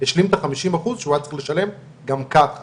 צריך לראות שגם המדינה תוכל לבקש את שומת ההשבחה המוקדמת,